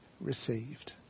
received